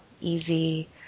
easy